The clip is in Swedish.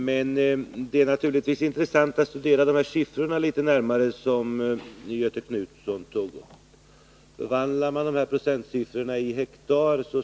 Men det är naturligtvis intressant att litet närmare studera de siffror som Göthe Knutson redovisat. Förvandlar man dessa procentsiffror till hektar.